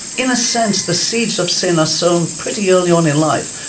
in a sense the seeds of sin are sown pretty early on in life.